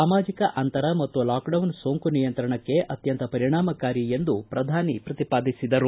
ಸಾಮಾಜಿಕ ಅಂತರ ಮತ್ತು ಲಾಕ್ಡೌನ್ ಸೋಂಕು ನಿಯಂತ್ರಣಕ್ಕೆ ಅತ್ಕಂತ ಪರಿಣಾಮಕಾರಿ ಎಂದು ಪ್ರಧಾನಿ ಪ್ರತಿಪಾದಿಸಿದರು